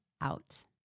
out